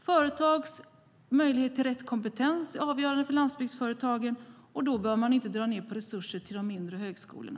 Företags möjlighet till rätt kompetens är avgörande för landsbygdsföretagen, och då bör man inte dra ned på resurser till de mindre högskolorna.